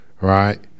right